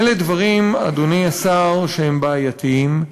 אלה דברים, אדוני השר, שהם בעייתיים.